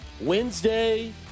Wednesday